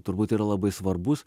turbūt yra labai svarbus